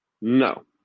No